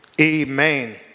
amen